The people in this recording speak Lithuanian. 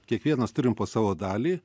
kiekvienas turim po savo dalį